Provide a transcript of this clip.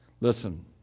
Listen